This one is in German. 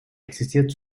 existiert